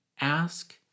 Ask